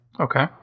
Okay